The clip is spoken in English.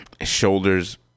shoulders